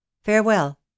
Farewell